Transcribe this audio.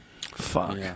Fuck